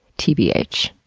tbh.